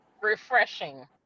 refreshing